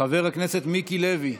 חבר הכנסת מיקי לוי,